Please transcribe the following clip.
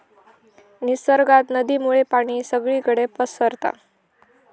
निसर्गात नदीमुळे पाणी सगळीकडे पसारता